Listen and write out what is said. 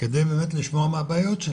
כדי באמת לשמוע מה הבעיות שלהם,